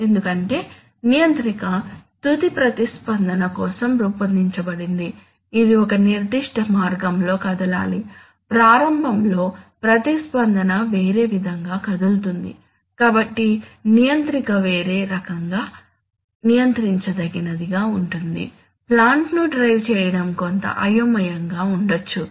ఎందుకంటే నియంత్రిక తుది ప్రతిస్పందన కోసం రూపొందించబడింది ఇది ఒక నిర్దిష్ట మార్గంలో కదలాలి ప్రారంభంలో ప్రతిస్పందన వేరే విధంగా కదులుతుంది కాబట్టి నియంత్రిక వేరే రకంగా నియంత్రించదగినదిగా ఉంటుంది ప్లాంట్ ను డ్రైవ్ చేయడం కొంత అయోమయంగా ఉండొచ్చు